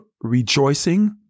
rejoicing